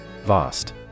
Vast